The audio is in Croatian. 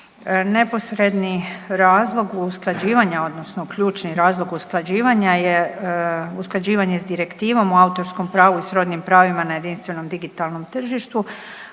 Neposredni razlog usklađivanja, odnosno ključni razlog usklađivanja je usklađivanje s Direktivom o autorskom pravu i srodnim pravima na jedinstvenom digitalnom tržištu,